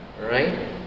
right